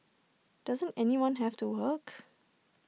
doesn't anyone have to work